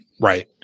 Right